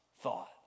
thought